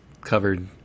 covered